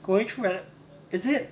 going re is it